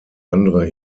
andere